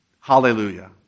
Hallelujah